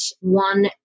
one